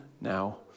now